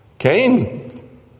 Cain